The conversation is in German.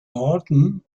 norden